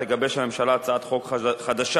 תגבש הממשלה הצעת חוק חדשה,